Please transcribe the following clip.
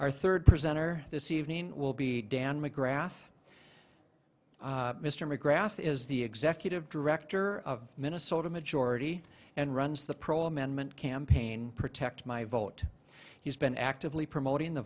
our third presenter this evening will be dan mcgrath mr mcgrath is the executive director of minnesota majority and runs the pro amendment campaign protect my vote he's been actively promoting the